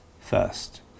first